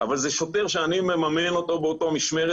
אבל זה שוטר שאני מממן אותו באותה משמרת,